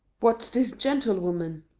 what's this gentlewoman?